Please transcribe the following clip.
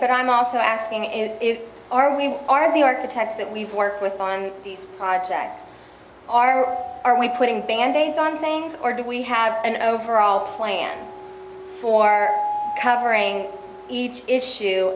but i'm also asking is if are we are the architects that we've worked with find these objects are are we putting band aids on things or do we have an overall plan for covering each issue